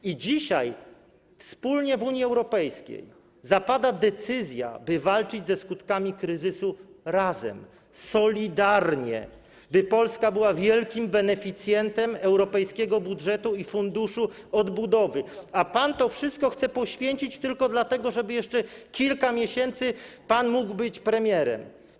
I dzisiaj wspólnie w Unii Europejskiej zapada decyzja, by walczyć ze skutkami kryzysu razem, solidarnie, by Polska była wielkim beneficjentem europejskiego budżetu i funduszu odbudowy, a pan to wszystko chce poświęcić tylko dlatego, żeby jeszcze kilka miesięcy pan mógł być premierem.